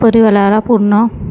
परिवाराला पूर्ण